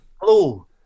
Hello